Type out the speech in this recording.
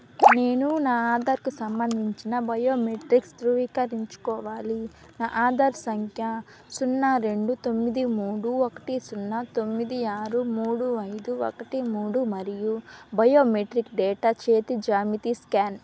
నేను నా ఆధార్కు సంబంధించిన బయోమెట్రిక్స్ ధృవీకరించుకోవాలి నా ఆధార్ సంఖ్య సున్నా రెండు తొమ్మిది మూడు ఒకటి సున్నా తొమ్మిది ఆరు మూడు ఐదు ఒకటి మూడు మరియు బయోమెట్రిక్ డేటా చేతి జ్యామితి స్కాన్